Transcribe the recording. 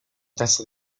test